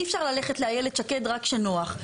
אי אפשר ללכת לאיילת שקד רק כשנוח.